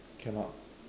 can not